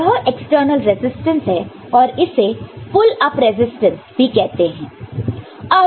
तो यह external resistance है और इसे पुलअप रेसिस्टेंस भी कहते हैं